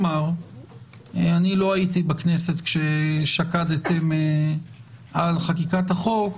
אני לא הייתי בכנסת כששקדתם על חקיקת החוק.